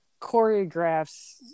choreographs